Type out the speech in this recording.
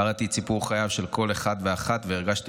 קראתי את סיפור חייו של כל אחד ואחת והרגשתי